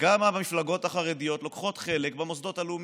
גם המפלגות החרדיות לוקחות חלק במוסדות הלאומיים.